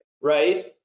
right